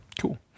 Cool